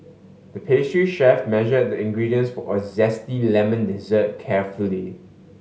the pastry chef measured the ingredients for a zesty lemon dessert carefully